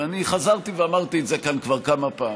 וחזרתי ואמרתי את זה כאן כבר כמה פעמים,